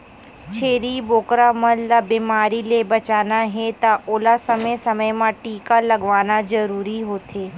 छेरी बोकरा मन ल बेमारी ले बचाना हे त ओला समे समे म टीका लगवाना जरूरी होथे